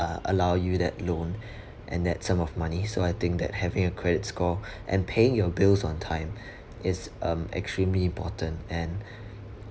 uh allow you that loan and that sum of money so I think that having a credit score and paying your bills on time is um extremely important and